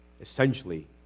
essentially